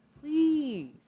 Please